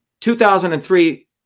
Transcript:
2003